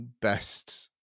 best